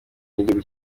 n’igihugu